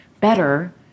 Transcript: better